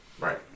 Right